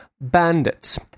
bandits